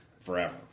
forever